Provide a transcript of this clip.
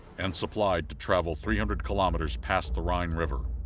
and supplied to travel three-hundred kilometers past the rhine river.